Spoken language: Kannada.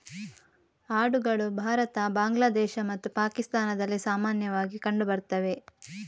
ಆಡುಗಳು ಭಾರತ, ಬಾಂಗ್ಲಾದೇಶ ಮತ್ತು ಪಾಕಿಸ್ತಾನದಲ್ಲಿ ಸಾಮಾನ್ಯವಾಗಿ ಕಂಡು ಬರ್ತವೆ